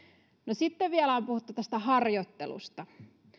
sitten vielä on puhuttu tästä harjoittelusta